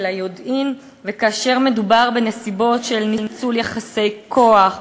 של "ביודעין" וכאשר מדובר בנסיבות של ניצול יחסי כוח,